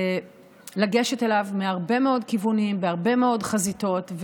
לגשת אליו מהרבה מאוד כיוונים בהרבה מאוד חזיתות,